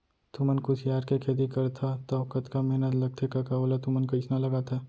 तुमन कुसियार के खेती करथा तौ कतका मेहनत लगथे कका ओला तुमन कइसना लगाथा